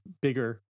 bigger